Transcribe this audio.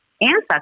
ancestors